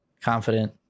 confident